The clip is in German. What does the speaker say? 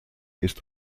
ist